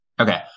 Okay